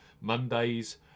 Monday's